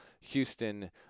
Houston